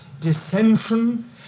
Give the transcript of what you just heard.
dissension